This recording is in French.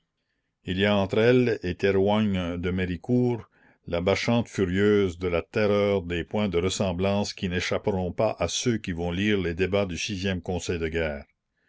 il y a entre elle et théroigne de méricourt la bacchante furieuse de la terreur des points de ressemblance qui n'échapperont pas à ceux qui vont lire les débats du e conseil de guerre